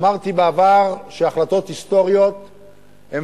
אמרתי בעבר שהחלטות היסטוריות הן